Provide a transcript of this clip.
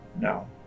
no